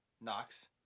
Knox